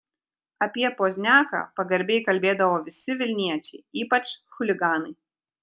apie pozniaką pagarbiai kalbėdavo visi vilniečiai ypač chuliganai